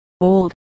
Old